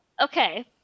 okay